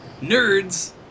Nerds